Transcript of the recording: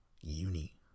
uni